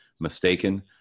mistaken